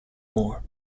more